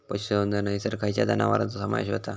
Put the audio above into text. पशुसंवर्धन हैसर खैयच्या जनावरांचो समावेश व्हता?